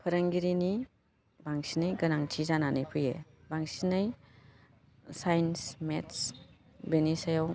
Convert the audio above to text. फोरोंगिरिनि बांसिनै गोनांथि जानानै फैयो बांसिनै साइन्स मेथ्स बिनि सायाव